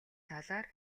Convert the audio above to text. талаар